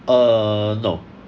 err no